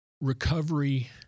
recovery